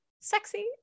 sexy